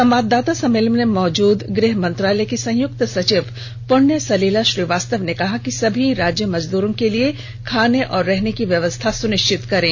संवाददाता सम्मेलन में मौजूद गृह मंत्रालय की संयुक्त सचिव पुण्य सलिया श्रीवास्तव ने कहा कि सभी राज्य मजदूरो के लिए खाने और रहने की व्यवस्था सुनिष्चित करें